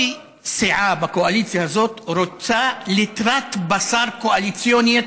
כל סיעה בקואליציה הזאת רוצה ליטרת בשר קואליציוני,